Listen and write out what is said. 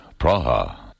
Praha